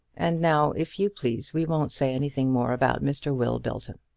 and now, if you please, we won't say anything more about mr. will belton.